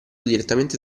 direttamente